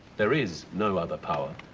there is no other power.